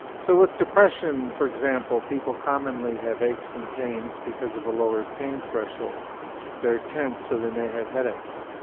so with depression for example people commonly have aches and pains because of a lowered pain threshold they are tense, so they may have headaches,